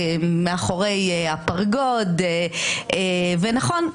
מאחורי הפרגוד ונכון,